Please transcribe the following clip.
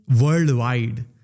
worldwide